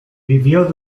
vivió